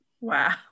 wow